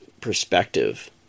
perspective